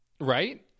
Right